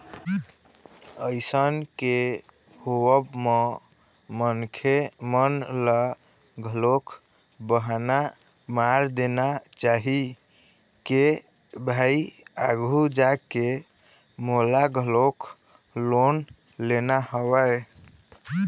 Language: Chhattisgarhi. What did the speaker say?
अइसन के होवब म मनखे मन ल घलोक बहाना मार देना चाही के भाई आघू जाके मोला घलोक लोन लेना हवय